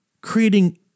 creating